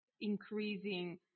increasing